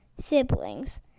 siblings